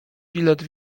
bilet